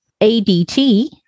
ADT